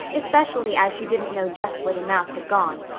especially as she didn't know just where the mouse had gone.